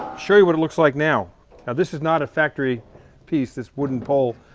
show you what it looks like now. now this is not a factory piece, this wooden pole,